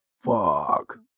Fuck